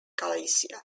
galicia